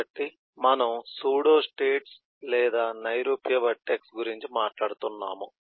కాబట్టి మనము సూడోస్టేట్స్ లేదా నైరూప్య వర్టెక్స్ గురించి మాట్లాడుతున్నాము